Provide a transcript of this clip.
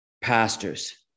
Pastors